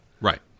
Right